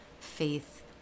faith